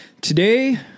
Today